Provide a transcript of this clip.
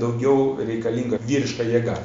daugiau reikalinga vyriška jėga